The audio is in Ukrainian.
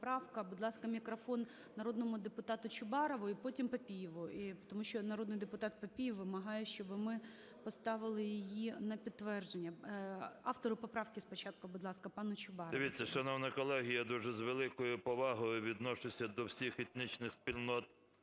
Дивіться, шановні колеги, я дуже з великою повагою відношуся до всіх етнічних спільнот